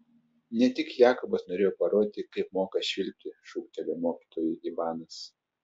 ne tik jakobas norėjo parodyti kaip moka švilpti šūktelėjo mokytojui ivanas